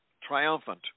triumphant